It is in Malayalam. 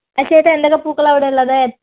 ആ ചേട്ടാ എന്തൊക്കെ പൂക്കളാണ് അവിടെ ഉള്ളത്